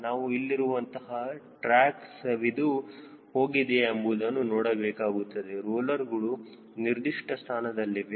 ನಾವು ಇಲ್ಲಿರುವಂತಹ ಟ್ರ್ಯಾಕ್ ಸವಿದು ಹೋಗಿದೆಯಾ ಎಂಬುದನ್ನು ನೋಡಬೇಕಾಗುತ್ತದೆ ರೋಲರ್ಗಳು ನಿರ್ದಿಷ್ಟ ಸ್ಥಾನದಲ್ಲಿವೆ